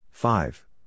Five